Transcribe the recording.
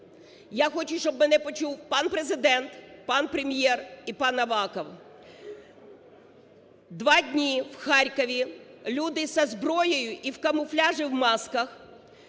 Я хочу, щоб мене почув пан Президент, пан Прем'єр і пан Аваков. Два дні в Харкові люди зі зброєю і в камуфляжі, в масках